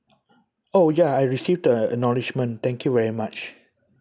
oh ya I received the acknowledgement thank you very much